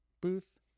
booth